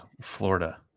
Florida